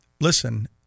Listen